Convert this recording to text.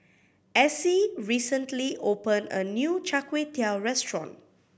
Essie recently opened a new Char Kway Teow restaurant